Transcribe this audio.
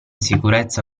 sicurezza